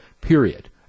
period